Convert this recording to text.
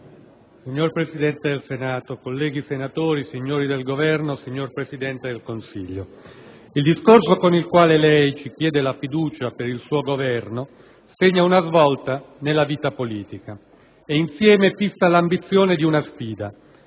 Signor Presidente del Senato, colleghi senatori, signori del Governo, signor Presidente del Consiglio, il discorso con il quale lei ci chiede la fiducia per il suo Governo segna una svolta nella vita politica e, insieme, fissa l'ambizione di una sfida: